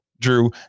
drew